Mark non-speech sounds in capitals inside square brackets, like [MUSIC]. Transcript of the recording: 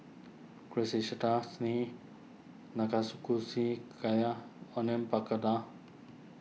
[UNINTELLIGIBLE] Gayu Onion Pakora